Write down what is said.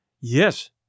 Yes